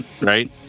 right